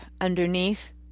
underneath